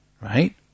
right